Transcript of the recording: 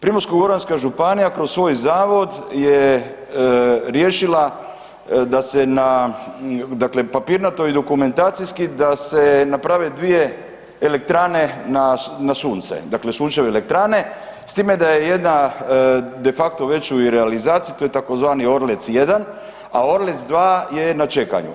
Primorsko-goranska županija kroz svoj Zavod je riješila da se na, dakle papirnato i dokumentacijski, da se naprave dvije elektrane na sunce, dakle sunčeve elektrane, s time da je jedna de facto već u realizaciji, to je tzv. Orlec 1, a Orlec 2 je na čekanju.